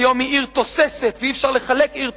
היום היא עיר תוססת, ואי-אפשר לחלק עיר תוססת".